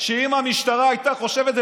שאם המשטרה הייתה חושבת,